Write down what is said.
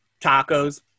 Tacos